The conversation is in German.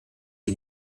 die